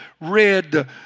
read